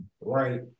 right